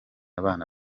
abana